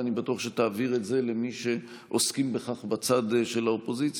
ואני בטוח שתעביר את זה למי שעוסקים בכך בצד של האופוזיציה,